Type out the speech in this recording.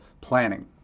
planning